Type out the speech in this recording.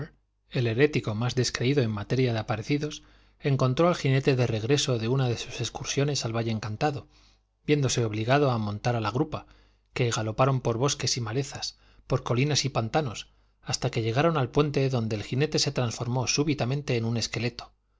el herético más descreído en materia de aparecidos encontró al jinete de regreso de una de sus excursiones al valle encantado viéndose obligado a montar a la grupa que galoparon por bosques y malezas por colinas y pantanos hasta que llegaron al puente donde el jinete se transformó súbitamente en un esqueleto